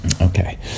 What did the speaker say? Okay